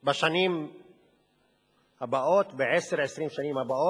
בשנים הבאות, ב-10 20 השנים הבאות,